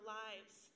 lives